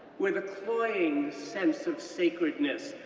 with a cloying sense of sacredness,